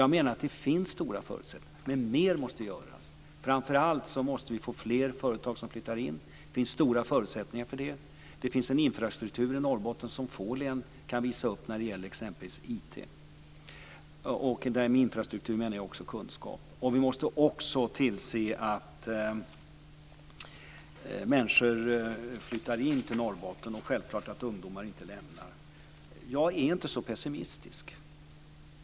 Jag menar att det finns stora förutsättningar, men mer måste göras. Vi måste framför allt få fler företag som flyttar in. Det finns stora förutsättningar för det. Det finns en infrastruktur när det gäller t.ex. IT i Norrbotten som få län kan visa upp. Med infrastruktur menar jag också kunskap. Vi måste också se till att människor flyttar in till Norrbotten och att ungdomar inte lämnar länet. Jag är inte så pessimistisk.